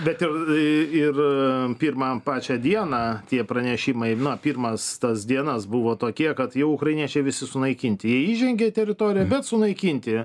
bet ir ir pirmą pačią dieną tie pranešimai na pirmas tas dienas buvo tokie kad jau ukrainiečiai visi sunaikinti jie įžengė į teritoriją bet sunaikinti